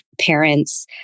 parents